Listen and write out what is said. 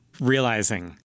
realizing